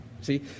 See